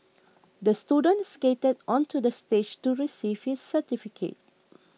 the student skated onto the stage to receive his certificate